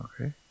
Okay